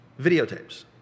videotapes